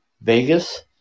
Vegas